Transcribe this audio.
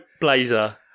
blazer